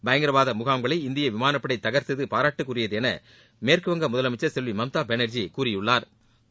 பயங்கரவாத முகாம்களை இந்திய விமானப்படை தகர்த்தது பாராட்டுக்குரியது என மேற்கு வங்க முதலமைச்சா் செல்வி மம்தா பானா்ஜி கூறியுள்ளாா்